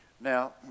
Now